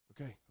Okay